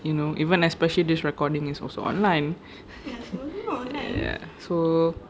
you know even especially this recording is also online ya so